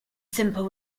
simple